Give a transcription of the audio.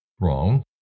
Wrong